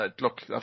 look